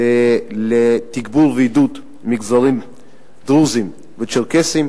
לתגבור ועידוד המגזרים הדרוזי והצ'רקסי,